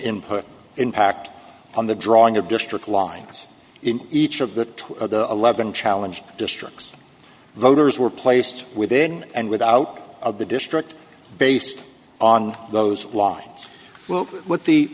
input impact on the drawing of district lines in each of the top of the eleven challenged districts voters were placed within and without of the district based on those lines what the